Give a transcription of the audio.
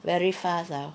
very fast ah